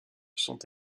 sont